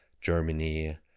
Germany